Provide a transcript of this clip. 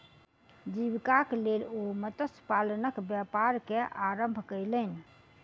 जीवीकाक लेल ओ मत्स्य पालनक व्यापार के आरम्भ केलैन